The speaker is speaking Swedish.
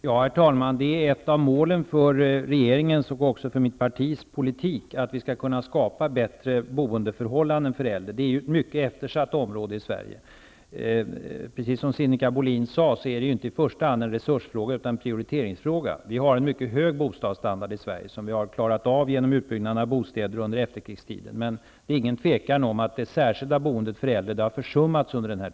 Herr talman! Det är ett av målen för regeringens och också för mitt partis politik att vi skall kunna skapa bättre boendeförhållanden för äldre. Det är ett mycket eftersatt område i Sverige. Precis som Sinikka Bohlin sade är detta inte i första hand en resursfråga utan en prioriteringsfråga. Vi har i Sverige en mycket hög bostadsstandard, som vi har klarat av genom utbyggnaden av bostäder under efterkrigstiden. Det råder emellertid inget tvivel om att det särskilda boendet för äldre under den här tiden har försummats.